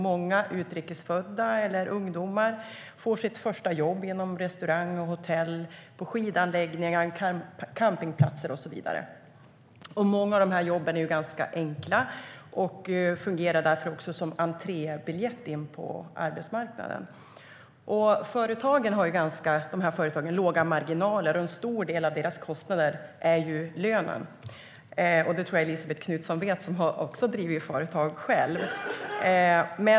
Många utrikesfödda och ungdomar får sina första jobb på restauranger, hotell, skidanläggningar, campingplatser och så vidare. Många av jobben är ganska enkla och fungerar därför också som entrébiljetter in på arbetsmarknaden.De här företagen har ganska små marginaler. En stor del av deras kostnader står lönerna för. Det tror jag att Elisabet Knutsson vet; hon har drivit företag själv.